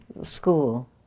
school